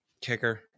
Kicker